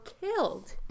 killed